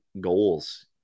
goals